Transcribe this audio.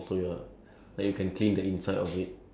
cleaning stuff you know like those um like